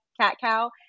cat-cow